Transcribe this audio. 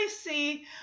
see